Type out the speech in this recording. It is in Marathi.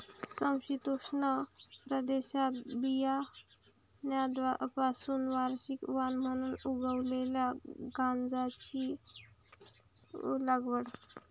समशीतोष्ण प्रदेशात बियाण्यांपासून वार्षिक वाण म्हणून उगवलेल्या गांजाची लागवड